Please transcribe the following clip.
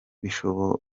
bishobora